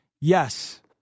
Yes